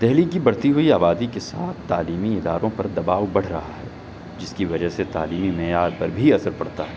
دہلی کی بڑھتی ہوئی آبادی کے ساتھ تعلیمی اداروں پر دباؤ بڑھ رہا ہے جس کی وجہ سے تعلیمی معیار پر بھی اثر پڑتا ہے